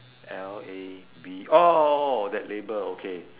L A B oh that label okay